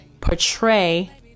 portray